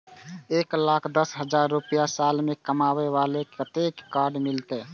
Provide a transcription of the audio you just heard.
एक लाख दस हजार रुपया साल में कमाबै बाला के कतेक के कार्ड मिलत?